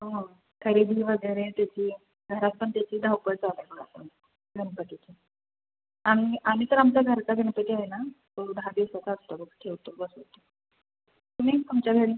हो खरेदी वगैरे त्याची घरात पण त्याची धावपळ चालूच गणपतीची आम्ही आम्ही तर आमचा घरचा गणपती आहे ना तो दहा दिवसाचा असतो तो ठेवतो बसवतो तुम्ही तुमच्या घरी